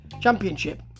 Championship